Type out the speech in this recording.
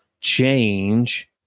change